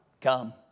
Come